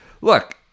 look